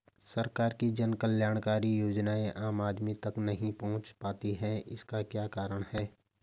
सरकार की जन कल्याणकारी योजनाएँ आम आदमी तक नहीं पहुंच पाती हैं इसका क्या कारण है?